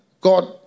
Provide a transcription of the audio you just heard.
God